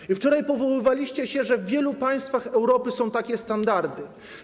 I wczoraj powoływaliście się na to, że w wielu państwach Europy są takie standardy.